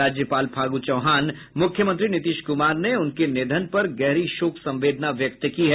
राज्यपाल फागू चौहान मुख्यमंत्री नीतीश कुमार ने उनके निधन पर गहरी शोक संवेदना व्यक्त की है